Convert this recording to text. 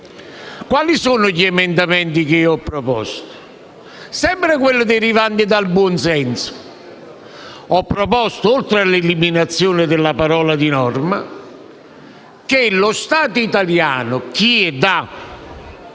Quali subemendamenti ho proposto? Sempre quelli derivanti dal buonsenso: ho proposto, oltre all'eliminazione delle parole «di norma», che lo Stato italiano chieda